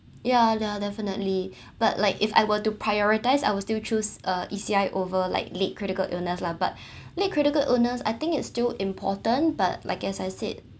yeah yeah definitely but like if I were to prioritise I'll still choose uh E_C_I over like late critical illness lah but late critical illness I think it's still important but like as I said